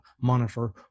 monitor